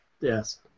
Yes